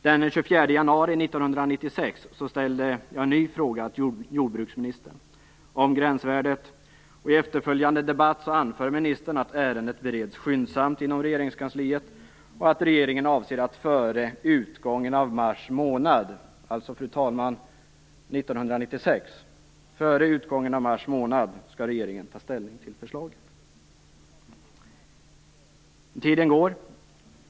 Den 24 januari 1996 ställde jag en ny fråga till jordbruksministern om gränsvärdet, och i efterföljande debatt anförde ministern att ärendet bereddes skyndsamt inom Regeringskansliet och att regeringen avsåg att före utgången av mars månad - alltså, fru talman, 1996 - ta ställning till förslaget. Tiden går.